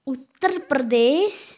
Uttar Pradesh